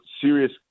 serious